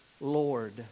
Lord